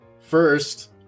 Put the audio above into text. First